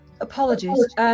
Apologies